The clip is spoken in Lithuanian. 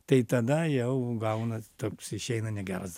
tai tada jau gaunas toks išeina negeras